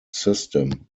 system